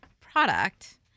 product